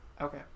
Okay